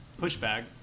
Pushback